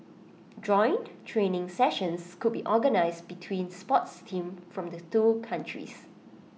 joint training sessions could be organised between sports teams from the two countries